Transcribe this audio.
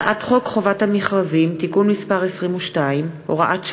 הצעת חוק חובת המכרזים (תיקון מס' 22, הוראת שעה),